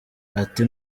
ati